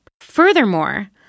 Furthermore